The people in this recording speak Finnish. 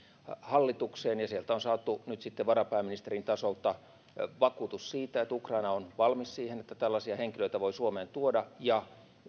hallitukseen ja sieltä on saatu nyt sitten varapääministerin tasolta vakuutus siitä että ukraina on valmis siihen että tällaisia henkilöitä voi suomeen tuoda ja